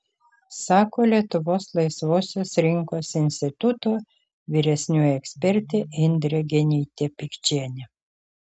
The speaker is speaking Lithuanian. sako lietuvos laisvosios rinkos instituto vyresnioji ekspertė indrė genytė pikčienė